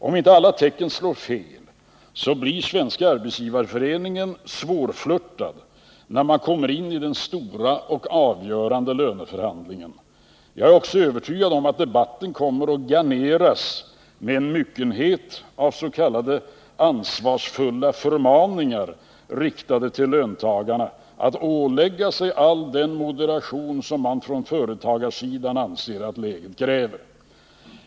Om inte alla tecken slår fel blir Svenska arbetsgivareföreningen svårflörtad när man kommer in i den stora och avgörande löneförhandlingen. Jag är också övertygad om att debatten kommer att garneras med en myckenhet av s.k. ansvarsfulla förmaningar riktade till löntagarna att ålägga sig all den Åtgärder för att stabilisera ekono moderation som man från företagarsidan anser att läget kräver.